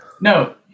No